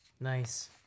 Nice